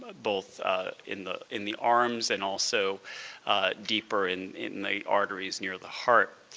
both in the in the arms and also deeper in in the arteries near the heart.